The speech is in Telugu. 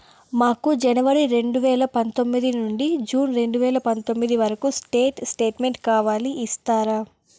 మాకు జనవరి రెండు వేల పందొమ్మిది నుండి జూన్ రెండు వేల పందొమ్మిది వరకు స్టేట్ స్టేట్మెంట్ కావాలి ఇస్తారా